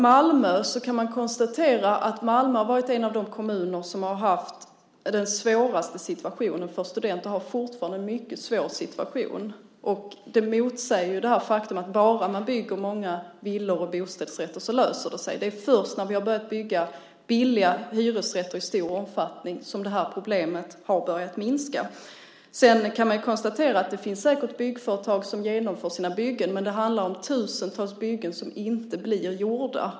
Man kan konstatera att Malmö har varit en av de kommuner som har haft den svåraste situationen. Studenter har fortfarande en mycket svår situation. Och det motsäger ju det faktum att det löser sig bara man bygger många villor och bostadsrätter. Det är först när vi har börjat bygga billiga hyresrätter i stor omfattning som det här problemet har börjat minska. Sedan kan man konstatera att det säkert finns byggföretag som genomför sina byggen, men det handlar om tusentals byggen som inte blir gjorda.